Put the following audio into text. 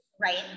right